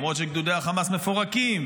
למרות שגדודי החמאס מפורקים,